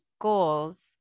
goals